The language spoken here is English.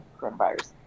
coronavirus